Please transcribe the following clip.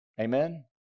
amen